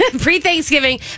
pre-thanksgiving